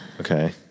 Okay